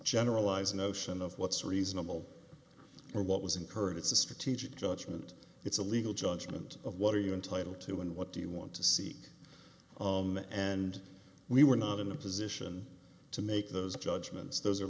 generalized notion of what's reasonable or what was incurred it's a strategic judgment it's a legal judgment of what are you entitled to and what do you want to seek and we were not in a position to make those judgments those are